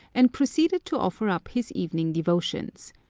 and proceeded to offer up his evening devotions.